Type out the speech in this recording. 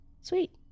Sweet